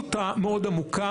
הרגישות המאוד עמוקה.